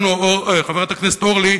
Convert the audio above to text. חברת הכנסת אורלי,